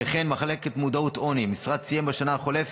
מחלקה מודעת-עוני,